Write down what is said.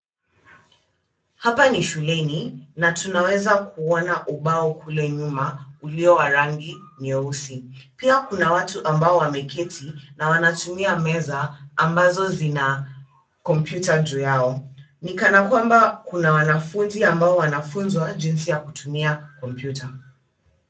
Hapa ni shuleni na tunaweza kuona ubao kule nyuma ulio wa rangi nyeusi. Pia kuna watu ambao wameketi na wanatumia meza ambazo zina kompyuta juu yao. Ni kana kwamba kuna wanafunzi ambao wanafunzwa jinsi ya kutumia kompyuta.